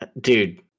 Dude